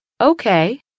okay